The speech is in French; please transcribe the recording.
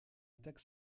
attaque